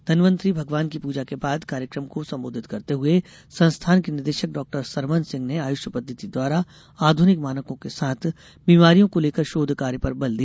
धवंतरी भगवान की पूजा के बाद कार्यक्रम को संबोधित करते हुए संस्थान के निदेशक डाक्टर सरमन सिंह ने आयुष पद्धति द्वारा आधुनिक मानकों के साथ बीमारियों को लेकर शोध कार्य पर बल दिया